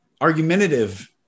argumentative